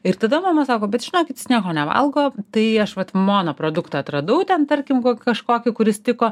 ir tada mama sako bet žinokit jis nieko nevalgo tai aš vat mono produktą atradau ten tarkim kažkokį kuris tiko